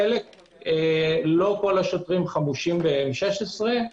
לא כל השוטרים חמושים ב-M16.